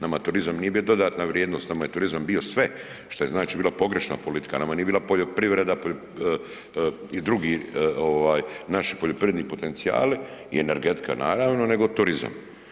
Nama turizam nije bio dodatna vrijednost, nama je turizam bio sve, što je znači bila pogrešna politika, nama nije bila poljoprivreda i drugi ovaj naši poljoprivredni potencijali i energetika naravno, nego turizam.